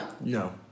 No